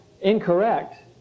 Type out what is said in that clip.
incorrect